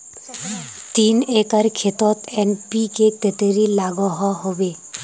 तीन एकर खेतोत एन.पी.के कतेरी लागोहो होबे?